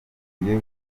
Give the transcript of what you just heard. bikwiye